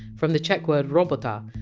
from the czech word! robota,